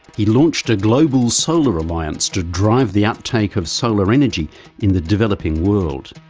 he launched a global solar alliance to drive the uptake of solar energy in the developing world.